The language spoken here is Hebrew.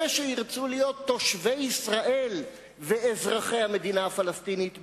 אלה שירצו להיות תושבי ישראל ואזרחי המדינה הפלסטינית בירדן,